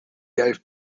gave